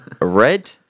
Red